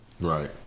Right